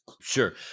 Sure